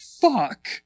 fuck